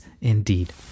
indeed